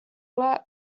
lot